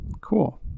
Cool